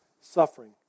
suffering